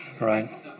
Right